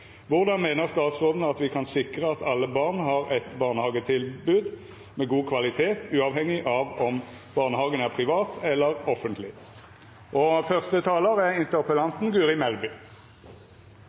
Hvordan mener statsråden vi kan sikre at alle barn har et barnehagetilbud med god kvalitet, uavhengig av om barnehagen er privat eller offentlig? Jeg vil takke for en viktig interpellasjon. Jeg er